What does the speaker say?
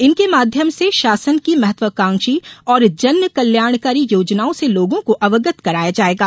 इनके माध्यम से शासन की महत्वाकांक्षी और जनकल्याणकारी योजनाओं से लोगों को अवगत कराया जाएगा